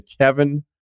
Kevin